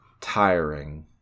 Tiring